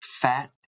fat